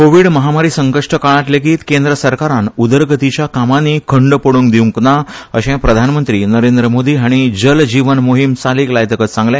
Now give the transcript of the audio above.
कोवीड में महामारी संकश्ट काळात लेगीत केंद्र सरकारान उदरगतीच्या कामांनी खंड पड़ूंक दिवक ना अशे प्रधानमंत्री नरेंद्र मोदी हांणी जल जीवन मोहीम चालीक लायतकच सांगले